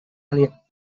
elliott